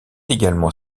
également